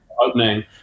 opening